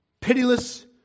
pitiless